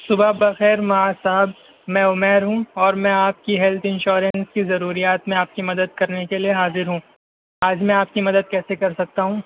صبح بخیر معاذ صاحب میں عمیر ہوں اور میں آپ کی ہیلتھ انشورنس کی ضروریات میں آپ کی مدد کرنے کے لیے حاضر ہوں آج میں آپ کی مدد کیسے کر سکتا ہوں